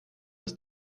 das